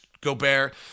Gobert